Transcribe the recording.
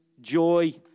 joy